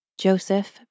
Joseph